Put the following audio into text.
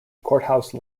courthouse